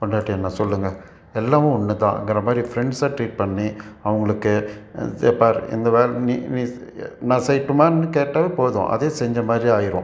பொண்டாட்டி என்ன சொல்லுங்க எல்லாமும் ஒன்றுதாங்குறமாரி ஃப்ரெண்ட்ஸாக ட்ரீட் பண்ணி அவங்களுக்கு பார் இந்த வேலை நீ நீ நான் செய்யட்டுமான்னு கேட்டாவே போதும் அதே செஞ்சமாதிரி ஆயிடும்